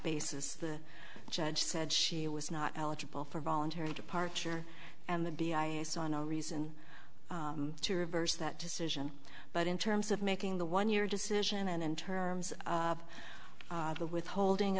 basis the judge said she was not eligible for voluntary departure and the d i saw no reason to reverse that decision but in terms of making the one year decision and in terms of the withholding